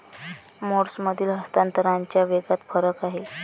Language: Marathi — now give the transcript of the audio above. मोड्समधील हस्तांतरणाच्या वेगात फरक आहे